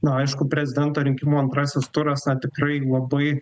na aišku prezidento rinkimų antrasis turas na tikrai labai